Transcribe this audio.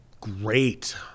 great